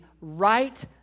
right